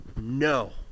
no